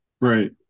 Right